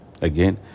again